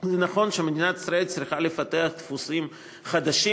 זה נכון שמדינת ישראל צריכה לפתח דפוסים חדשים